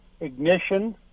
ignition